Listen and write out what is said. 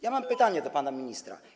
Ja mam pytanie do pana ministra: